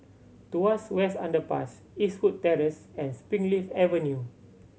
Tuas West Underpass Eastwood Terrace and Springleaf Avenue